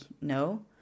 no